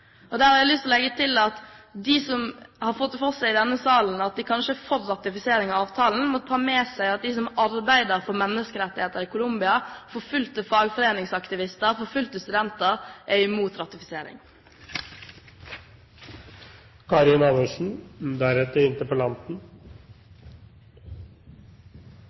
har jeg lyst til å legge til at de i denne salen som har fått det for seg at de kanskje er for ratifisering av avtalen, må ta med seg at de som arbeider for menneskerettigheter i Colombia – forfulgte fagforeningsaktivister, forfulgte studenter – er imot ratifisering.